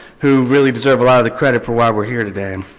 who really deserve a lot of the credit for why we're here today.